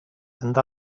and